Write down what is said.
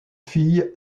fille